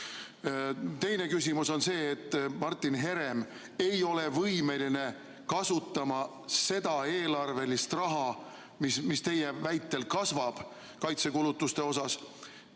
Teine küsimus on see, et Martin Herem ei ole võimeline kasutama seda eelarvelist raha, mis teie väitel kaitsekulutuste osas